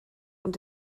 und